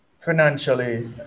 financially